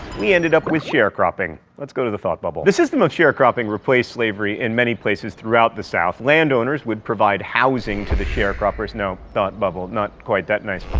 we ended up with sharecropping. let's go to the thought bubble. the system of sharecropping replaced slavery in many places throughout the south. landowners would provide housing to the sharecroppers no, thought bubble, not quite that nice.